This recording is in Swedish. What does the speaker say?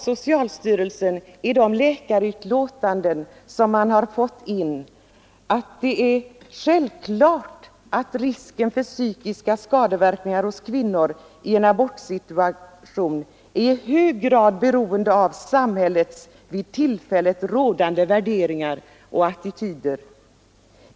Socialstyrelsen har också uttalat att det är självklart att risken för psykiska skadeverkningar hos kvinnor i en abortsituation i hög grad är beroende av samhällets vid tillfället rådande värderingar och attityder.